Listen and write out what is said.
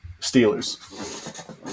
Steelers